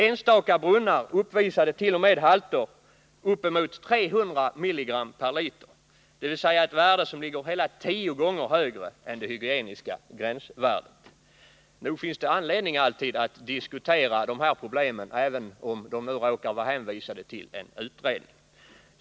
Enstaka brunnar uppvisade t.o.m. halter uppemot 300 mg per liter, dvs. ett värde som är tio gånger högre än det hygieniska gränsvärdet. Nog finns det anledning att diskutera de här problemen, även om de råkar vara hänvisade till en utredning.